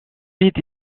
vite